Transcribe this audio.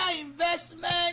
investment